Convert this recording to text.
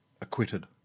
acquitted